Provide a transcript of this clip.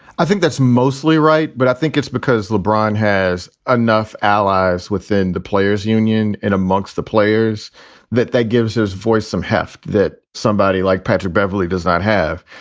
i think that's mostly right. but i think it's because lebron has enough allies within the players union and amongst the players that that gives his voice some heft that somebody like patrick beverley does not have.